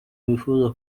bifuza